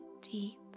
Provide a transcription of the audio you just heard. deep